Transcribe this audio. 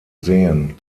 sehen